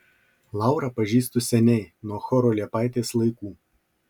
laurą pažįstu seniai nuo choro liepaitės laikų